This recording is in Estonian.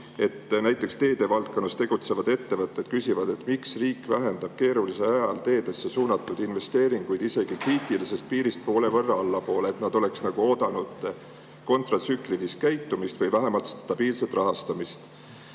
Näiteks teedevaldkonnas tegutsevad ettevõtted küsivad, miks riik vähendab keerulisel ajal teedesse suunatud investeeringuid, isegi kriitilisest piirist poole võrra [väiksemaks]. Nad oleks oodanud kontratsüklilist käitumist või vähemalt stabiilset rahastamist.